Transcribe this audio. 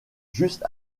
juste